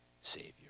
Savior